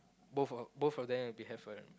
both of both of them will be have a